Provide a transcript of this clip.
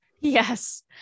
Yes